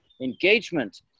engagement